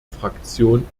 fraktion